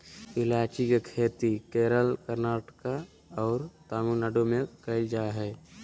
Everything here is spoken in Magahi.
ईलायची के खेती केरल, कर्नाटक और तमिलनाडु में कैल जा हइ